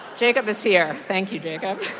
jacob is here. thank you, jacob.